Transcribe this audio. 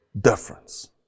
difference